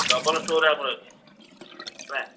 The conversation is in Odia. ଡବଲ୍ ଷ୍ଟୋର୍ ଆମର ଅଛି ହେଲା